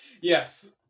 Yes